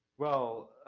well,